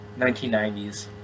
1990s